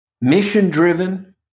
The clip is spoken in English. Mission-driven